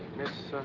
miss, ah,